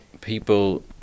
people